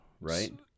right